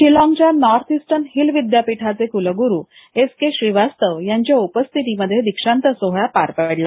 शिलॉगच्या North Eastern Hill विद्यापीठाचे कुलगुरू S K Srivastava यांच्या उपस्थितीमध्ये दीक्षांत सोहळा पार पडला